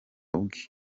bwe